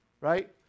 right